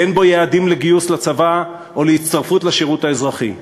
ואין בו יעדים לגיוס לצבא או להצטרפות לשירות האזרחי.